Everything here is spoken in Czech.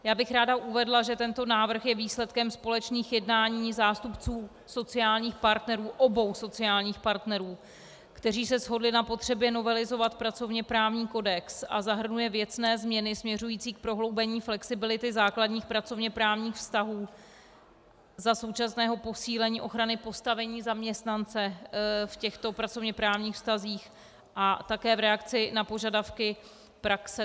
Ráda bych uvedla, že tento návrh je výsledkem společných jednání zástupců obou sociálních partnerů, kteří se shodli na potřebě novelizovat pracovněprávní kodex, a zahrnuje věcné změny směřující k prohloubení flexibility základních pracovněprávních vztahů za současného posílení ochrany postavení zaměstnance v těchto pracovněprávních vztazích a také v reakci na požadavky praxe.